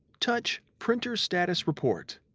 touch printer status report.